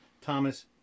Thomas